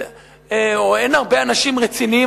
או אין הרבה אנשים רציניים,